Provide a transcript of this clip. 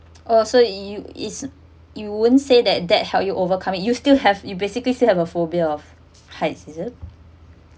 oh so you is you won't say that that help you overcome it you still have you basically have a phobia of heights is it